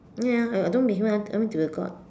ya I I don't be human lah I mean to the god